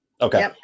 Okay